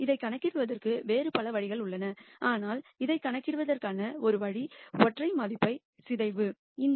இதைக் கணக்கிடுவதற்கு வேறு பல வழிகள் உள்ளன ஆனால் இதை கணக்கிடுவதற்கான ஒரு வழி சிங்குலார் வேல்யு டீகம்போசிஷன்